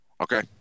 okay